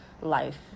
life